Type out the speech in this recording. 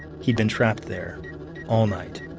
he'd been trapped there all night.